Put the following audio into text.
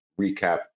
recap